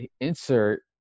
insert